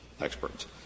experts